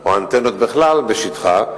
או אנטנות בכלל בשטחה,